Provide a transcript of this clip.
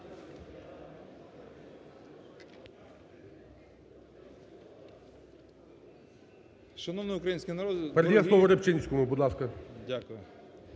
Дякую.